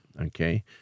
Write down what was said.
Okay